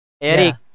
Eric